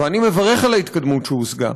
ואני מברך על ההתקדמות שהושגה.